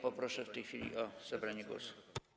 Proszę go w tej chwili o zabranie głosu.